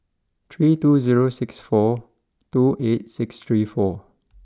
three two zero six four two eight six three four